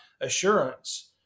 assurance